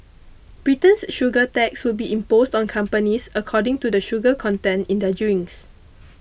Britain's sugar tax will be imposed on companies according to the sugar content in their drinks